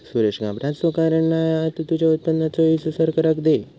सुरेश घाबराचा कारण नाय हा तु तुझ्या उत्पन्नाचो हिस्सो सरकाराक दे